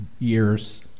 Years